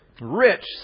rich